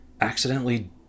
accidentally